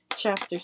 Chapter